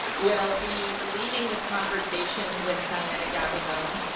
will be leading the conversation with diana gabaldon.